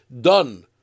done